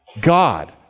God